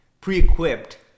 pre-equipped